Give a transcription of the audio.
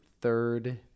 third